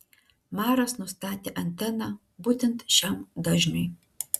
maras nustatė anteną būtent šiam dažniui